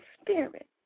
spirit